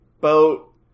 Boat